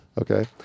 Okay